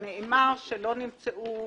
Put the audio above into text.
נאמר שלא נמצאו